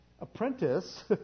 apprentice